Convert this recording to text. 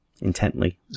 Intently